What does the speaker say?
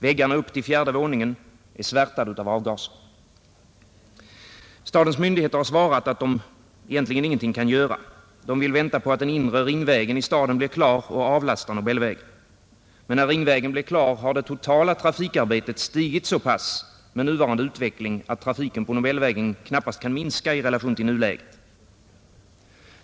Väggarna upptill fjärde våningen är svärtade av avgaserna. Stadens myndigheter har svarat att de egentligen ingenting kan göra. De vill vänta på att den inre Ringvägen blir klar och avlastar Nobelvägen. Men när Ringvägen blir klar, har det totala trafikarbetet stigit så pass med nuvarande utveckling, att trafiken på Nobelvägen knappast kan minska i relation till nuläget.